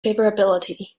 favorability